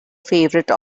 favourite